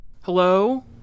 Hello